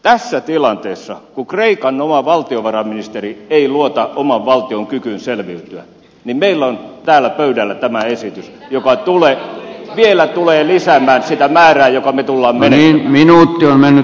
tässä tilanteessa kun kreikan oma valtiovarainministeri ei luota oman valtion kykyyn selviytyä meillä on täällä pöydällä tämä esitys joka vielä tulee lisäämään sitä määrää jonka me tulemme menettämään